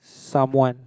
someone